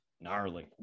gnarly